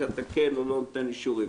שאתה כן או לא נותן אישורים?